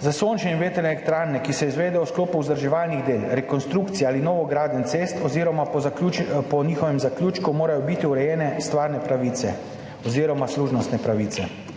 Za sončne in vetrne elektrarne, ki se izvedejo v sklopu vzdrževalnih del, rekonstrukcije ali novogradenj cest oziroma po zaključku, po njihovem zaključku morajo biti urejene stvarne pravice oziroma služnostne pravice.